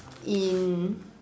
in